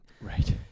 Right